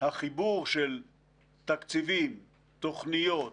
החיבור של תקציבים, תוכניות,